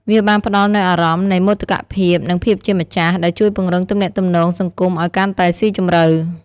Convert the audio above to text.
វាបានផ្តល់នូវអារម្មណ៍នៃមោទកភាព និងភាពជាម្ចាស់ ដែលជួយពង្រឹងទំនាក់ទំនងសង្គមឱ្យកាន់តែស៊ីជម្រៅ។